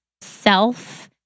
self